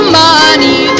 money